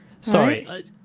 sorry